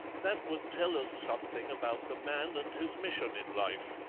that would tell us something about the man and his mission in life.